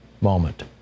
moment